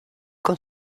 con